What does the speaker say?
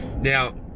Now